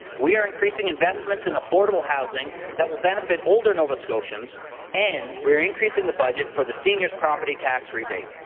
we are increasing investments in affordable housing that will benefit older nova scotians and we are increasing the budget for the senior's property tax rebate.